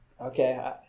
Okay